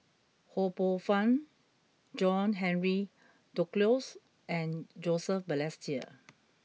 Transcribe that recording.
Ho Poh Fun John Henry Duclos and Joseph Balestier